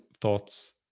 thoughts